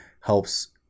helps